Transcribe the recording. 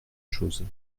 choses